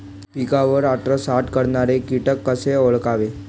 पिकावर अन्नसाठा करणारे किटक कसे ओळखावे?